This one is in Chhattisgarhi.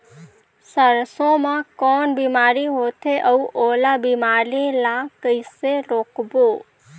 सरसो मा कौन बीमारी होथे अउ ओला बीमारी ला कइसे रोकबो?